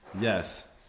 Yes